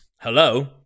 hello